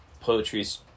poetry's